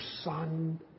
Son